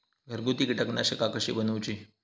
घरगुती कीटकनाशका कशी बनवूची?